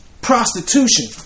Prostitution